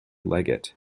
leggett